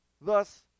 thus